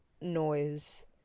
noise